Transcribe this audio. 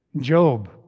Job